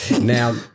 Now